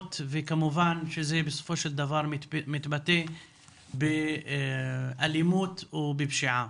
וכמובן שזה בסופו של דבר מתבטא באלימות ובפשיעה.